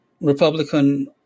Republican